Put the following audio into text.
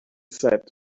said